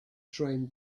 train